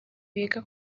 biga